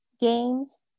games